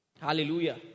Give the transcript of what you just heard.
Hallelujah